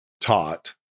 taught